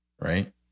right